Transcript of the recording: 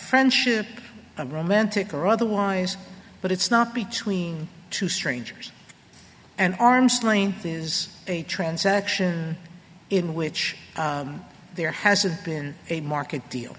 friendship and romantic or otherwise but it's not between two strangers and arm's length is a transaction in which there has been a market deal